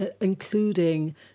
including